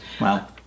Wow